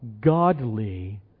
godly